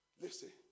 Listen